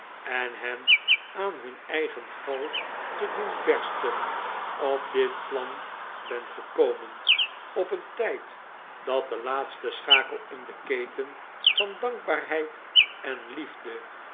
en hen aan hun eigen gal te doen bersten op dit plan ben gekomen op een tijd dat de laatste schakel in de keten van dankbaarheid en liefde